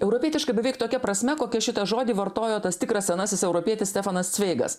europietiška beveik tokia prasme kokia šitą žodį vartojo tas tikras senasis europietis stefanas cveigas